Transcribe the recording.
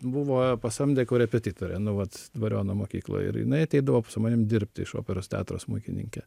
buvo pasamdę korepetitorę nu vat dvariono mokykloj ir jinai ateidavo su manim dirbti iš operos teatro smuikininkė